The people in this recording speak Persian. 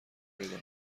پیدا